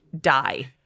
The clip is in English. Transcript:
die